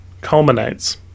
culminates